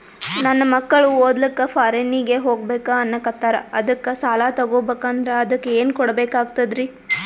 ನನ್ನ ಮಕ್ಕಳು ಓದ್ಲಕ್ಕ ಫಾರಿನ್ನಿಗೆ ಹೋಗ್ಬಕ ಅನ್ನಕತ್ತರ, ಅದಕ್ಕ ಸಾಲ ತೊಗೊಬಕಂದ್ರ ಅದಕ್ಕ ಏನ್ ಕೊಡಬೇಕಾಗ್ತದ್ರಿ?